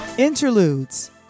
Interludes